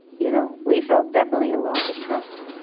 you know, we felt definitely a loss of trust